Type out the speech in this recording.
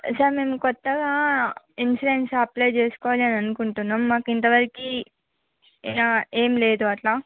sir మేము కొత్తగా insurance apply చేసుకోవాలని అనుకుంటున్నాము మాకు ఇంతవరకు ఏం లేదు అట్లా